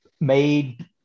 made